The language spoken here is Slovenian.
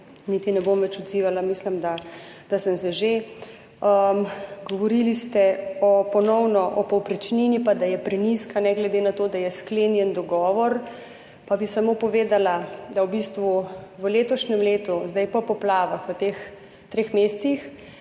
niti ne bom več odzivala. Mislim, da sem se že. Govorili ste ponovno o povprečnini pa da je prenizka ne glede na to, da je sklenjen dogovor, pa bi samo povedala, da je v bistvu v letošnjem letu, zdaj, po poplavah, v teh treh mesecih,